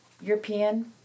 European